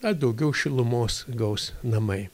ar daugiau šilumos gaus namai